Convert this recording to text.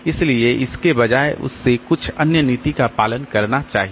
इसलिए इसके बजाय उसे कुछ अन्य नीति का पालन करना चाहिए